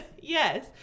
Yes